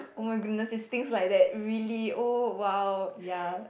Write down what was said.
oh my goodness it's things like that really oh !wow! ya